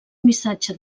missatge